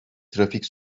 trafik